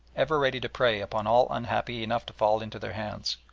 ever ready to prey upon all unhappy enough to fall into their hands.